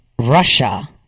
Russia